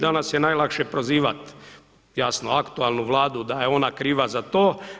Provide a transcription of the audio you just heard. Danas je najlakše prozivat jasno aktualnu Vladu da je ona kriva za to.